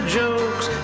jokes